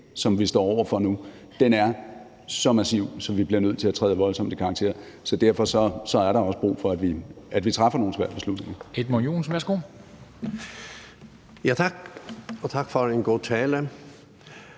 som vi står over for nu, er så massiv, at vi bliver nødt til at træde voldsomt i karakter. Så derfor er der også brug for, at vi træffer nogle svære beslutninger.